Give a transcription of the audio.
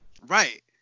Right